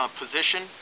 position